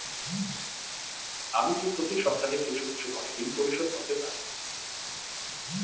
আমি কি প্রতি সপ্তাহে কিছু কিছু করে ঋন পরিশোধ করতে পারি?